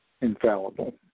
infallible